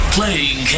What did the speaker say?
Playing